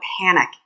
panic